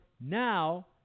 Now